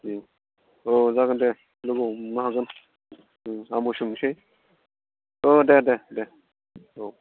देह अ जागोन दे लोगो हमनो हागोन आंबो सोंनोसै अ दे देह औ